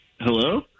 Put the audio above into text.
Hello